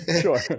Sure